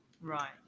Right